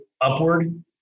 upward